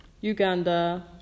Uganda